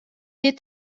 est